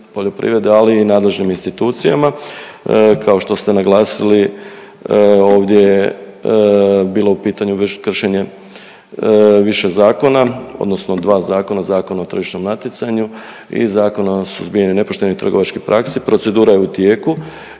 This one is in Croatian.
ali i nadležnim institucijama. Kao što ste naglasili ovdje je bilo u pitanju već kršenje više zakona, odnosno dva zakona, Zakon o tržišnom natjecanju i Zakona o suzbijanju nepoštenih trgovačkih praksi. Procedura je u tijeku